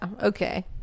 okay